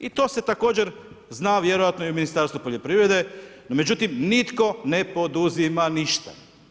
I to se također zna vjerojatno i u Ministarstvu poljoprivrede, no međutim, nitko ne poduzima ništa.